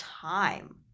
time